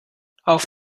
auf